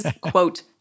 quote